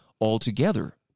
altogether